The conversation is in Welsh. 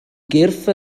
gyrff